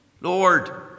Lord